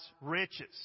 riches